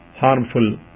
harmful